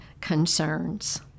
concerns